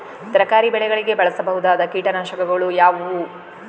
ತರಕಾರಿ ಬೆಳೆಗಳಿಗೆ ಬಳಸಬಹುದಾದ ಕೀಟನಾಶಕಗಳು ಯಾವುವು?